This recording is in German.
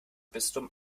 bistum